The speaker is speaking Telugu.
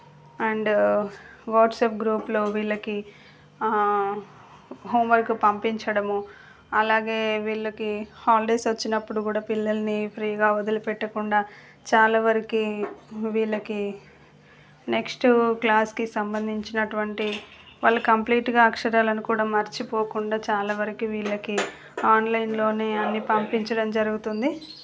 అండ్ వాట్సాప్ గ్రూప్లో వీళ్ళకి హోమ్ వర్క్ పంపించడము అలాగే వీళ్ళకి హాలిడేస్ వచ్చినప్పుడు కూడా పిల్లలని ఫ్రీగా వదిలిపెట్టకుండా చాలావరకు వీళ్ళకి నెక్స్ట్ క్లాస్కి సంబంధించినటువంటి వాళ్ళు కంప్లీట్గా అక్షరాలను కూడా మర్చిపోకుండా చాలా వరకు వీళ్ళకి ఆన్లైన్లో అన్నీ పంపించడం జరుగుతుంది